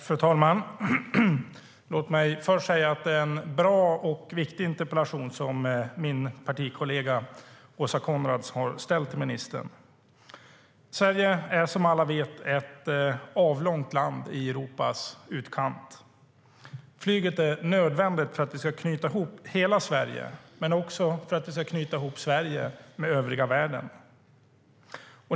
Fru talman! Låt mig först säga att det är en bra och viktig interpellation som min partikollega Åsa Coenraads har ställt till ministern. Sverige är som alla vet ett avlångt land i Europas utkant. Flyget är nödvändigt för att vi ska knyta ihop hela Sverige men också för att vi ska knyta ihop Sverige med övriga världen.